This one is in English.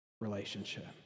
relationship